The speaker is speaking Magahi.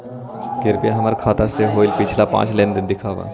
कृपा हमर खाता से होईल पिछला पाँच लेनदेन दिखाव